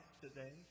today